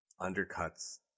Undercuts